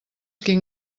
quin